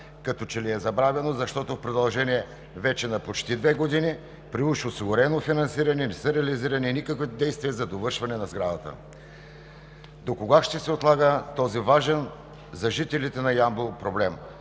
като че ли е забравено, защото в продължение на вече почти две години при уж осигурено финансиране, не са реализирани никакви действия за довършване на сградата. Докога ще се отлага този важен за жителите на Ямбол проблем?